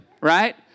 right